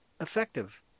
effective